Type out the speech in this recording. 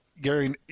Gary